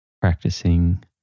practicing